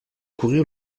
courir